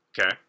Okay